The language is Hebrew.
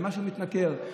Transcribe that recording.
מה שהוא מתנכר לו,